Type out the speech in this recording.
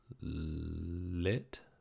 lit